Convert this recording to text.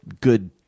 good